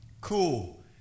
Cool